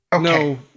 no